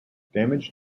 damage